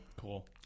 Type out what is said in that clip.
Cool